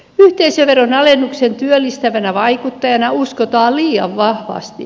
yhteisöveron alennukseen työllistävänä vaikuttajana uskotaan liian vahvasti